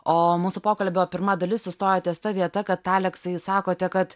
o mūsų pokalbio pirma dalis sustojo ties ta vieta kad aleksai jūs sakote kad